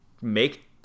make